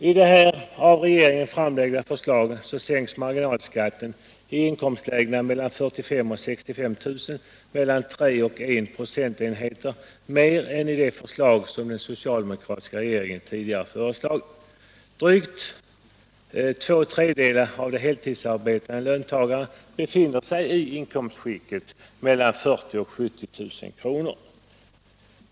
I det här av regeringen framlagda förslaget sänks marginalskatten i inkomstlägen mellan 45 000 kr. och 65 000 kr. 1-3 procentenheter mer än i det förslag som den socialdemokratiska regeringen tidigare framlagt. Drygt två tredjedelar av de heltidsarbetande löntagarna befinner sig i inkomstskiktet mellan 40 000 och 70 000 kr.